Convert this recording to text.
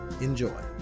Enjoy